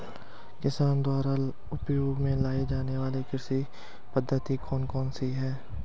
किसानों द्वारा उपयोग में लाई जाने वाली कृषि पद्धतियाँ कौन कौन सी हैं?